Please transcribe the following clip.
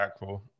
impactful